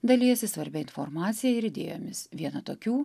dalijasi svarbia informacija ir idėjomis viena tokių